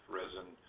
resin